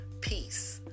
peace